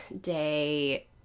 day